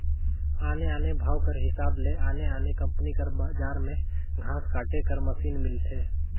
आने आने भाव कर हिसाब ले आने आने कंपनी कर बजार में घांस काटे कर मसीन मिलथे